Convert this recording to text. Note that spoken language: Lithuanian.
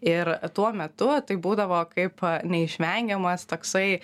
ir tuo metu taip būdavo kaip neišvengiamas toksai